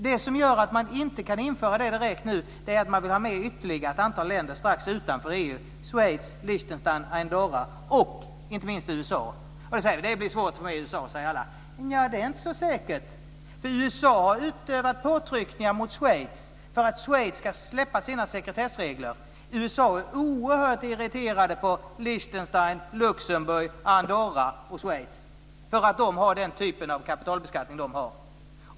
Det som gör att man inte kan införa detta nu direkt är att man vill ha med ytterligare ett antal länder utanför EU - Schweiz, Liechtenstein, Andorra och inte minst USA. Det blir svårt att få med USA, säger alla. Det är inte så säkert. USA har utövat påtryckningar mot Schweiz för att Schweiz ska släppa på sina sekretessregler. USA är oerhört irriterat på Liechtenstein, Luxemburg, Andorra och Schweiz för att de har den typ av kapitalbeskattning de har.